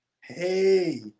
Hey